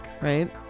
right